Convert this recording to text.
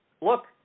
look